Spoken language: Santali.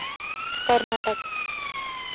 ᱠᱚᱨᱱᱟᱴᱚᱠ